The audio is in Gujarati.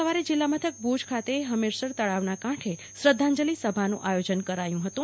આજે સવારે જિલ્લામથક ભુજ ખાતે હમીરસર તળાવના કાંઠે શ્રધાંજલિ સભાનું આયોજન કરાયું હતું